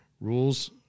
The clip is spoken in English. Rules